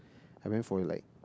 I went for like